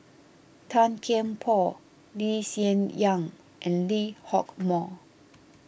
Tan Kian Por Lee Hsien Yang and Lee Hock Moh